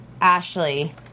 Ashley